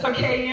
Okay